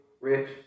rich